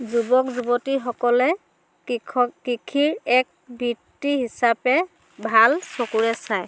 যুৱক যুৱতীসকলে কৃষক কৃষিৰ এক বৃত্তি হিচাপে ভাল চকুৰে চায়